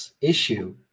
issue